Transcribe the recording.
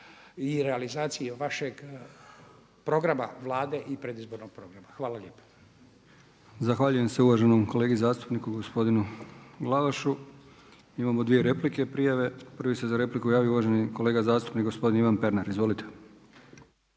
i realizacije vašeg programa Vlade i predizbornog programa. Hvala lijepa. **Brkić, Milijan (HDZ)** Zahvaljujem se uvaženom kolegi zastupniku gospodinu Glavašu. Imamo dvije replike, prijave. Prvi se za repliku javio uvaženi kolega zastupnik gospodin Ivan Pernar. Izvolite.